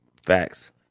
Facts